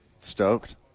stoked